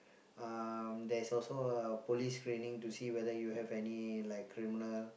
um there's also a police screening to see whether you have any like criminal